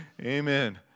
Amen